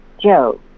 Joe